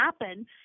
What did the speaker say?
happen